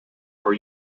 for